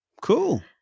Cool